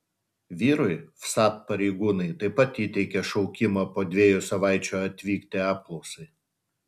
vyrui vsat pareigūnai taip pat įteikė šaukimą po dviejų savaičių atvykti apklausai